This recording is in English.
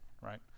right